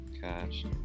cash